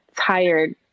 tired